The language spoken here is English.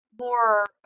more